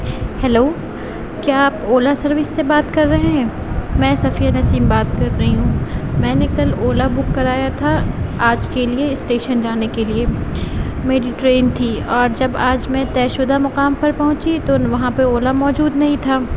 hello کیا آپ Ola service سے بات کر رہے ہیں میں صفیہ نسیم بات کر رہی ہوں میں نے کل اولا بک کرایا تھا آج کے لیے اسٹیشن جانے کے لیے میری ٹرین تھی آج جب آج میں طے شدہ مقام پر پہنچی تو وہاں پہ اولا موجود نہیں تھا